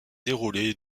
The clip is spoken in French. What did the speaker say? déroulé